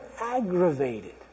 aggravated